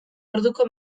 orduko